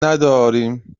نداریم